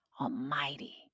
Almighty